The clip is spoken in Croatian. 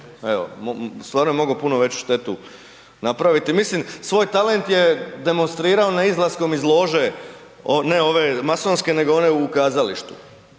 Stvarno je mogao puno veću štetu napraviti. Mislim, svoj talent je demonstrirao na izlaskom iz lože, ne ove masonske, nego one u kazalištu